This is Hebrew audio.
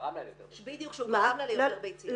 שהוא גרם לה ליותר ביציות.